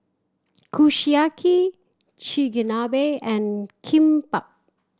Kushiyaki Chigenabe and Kimbap